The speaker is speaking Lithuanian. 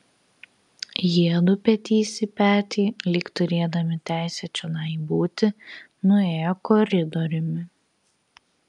jiedu petys į petį lyg turėdami teisę čionai būti nuėjo koridoriumi